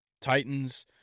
Titans